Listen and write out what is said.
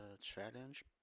challenge